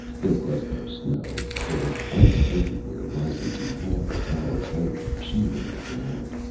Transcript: there was no snow. there was ice everywhere, rising to half the tower's height, sheathing the ground.